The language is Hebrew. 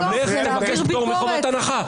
תלך, תבקש פטור מחובת הנחה.